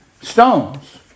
stones